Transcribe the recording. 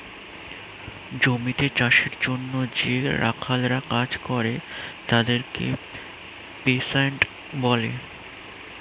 জমিতে চাষের জন্যে যে রাখালরা কাজ করে তাদেরকে পেস্যান্ট বলে